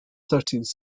thirteenth